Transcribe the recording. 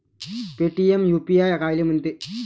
Paytm UPI कायले म्हनते?